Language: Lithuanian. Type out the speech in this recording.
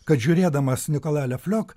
kad žiūrėdamas nikolia le fliok